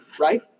Right